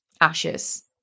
ashes